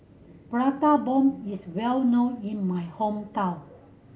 Prata Bomb is well known in my hometown